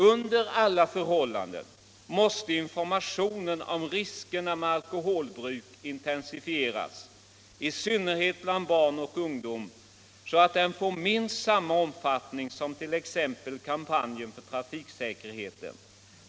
Under alla förhållanden måste informationen om riskerna med alkoholbruk intensifieras, i synnerhet bland barn och ungdom, så att den får minst samma omfattning som t.ex. kampanjen för trafiksäkerheten.